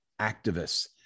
activists